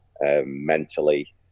mentally